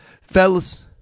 fellas